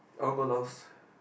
I want go Laos